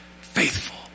faithful